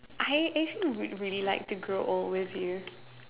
I actually real really like to grow old with you